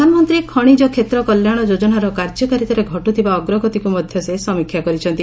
ପ୍ରଧାନମନ୍ତ୍ରୀ ଖଣିଜ କ୍ଷେତ୍ର କଲ୍ୟାଣ ଯୋଜନାର କାର୍ଯ୍ୟକାରିତାରେ ଘଟୁଥିବା ଅଗ୍ରଗତିକୁ ମଧ୍ୟ ସେ ସମୀକ୍ଷା କରିଛନ୍ତି